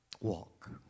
walk